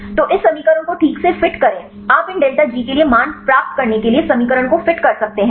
तो इस समीकरण को ठीक से फिट करें आप इन डेल्टा जी के लिए मान प्राप्त करने के लिए इस समीकरण को फिट कर सकते हैं